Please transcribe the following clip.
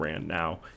now